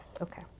Okay